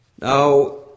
Now